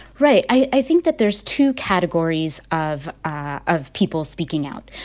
right. i think that there's two categories of ah of people speaking out.